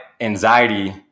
anxiety